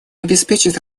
обеспечить